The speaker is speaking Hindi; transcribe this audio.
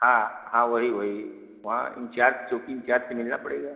हाँ हाँ वही वही वहाँ इंचार्ज चौकी इंचार्ज से मिलना पड़ेगा